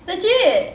legit